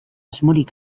asmorik